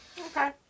Okay